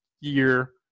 year